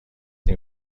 این